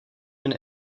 been